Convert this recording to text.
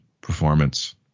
performance